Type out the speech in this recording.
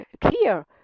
clear